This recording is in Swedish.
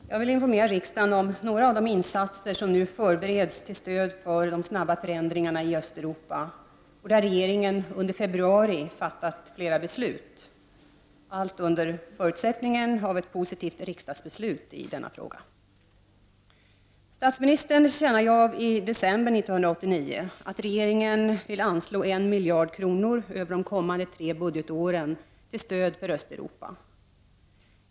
Herr talman Jag vill informera riksdagen om några av de insatser som nu förbereds till stöd för de snabba förändringarna i Östeuropa och om vilka regeringen under februari fattat beslut — allt under förutsättningen av ett positivt riksdagsbeslut i denna fråga. Statsministern tillkännagav i december 1989 att regeringen vill anslå 1 miljard kronor över de kommande tre budgetåren till stöd för Östeuropa.